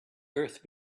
earth